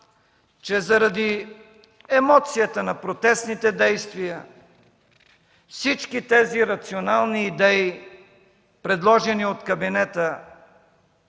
че заради емоцията на протестните действия всички тези рационални идеи, предложени от кабинета,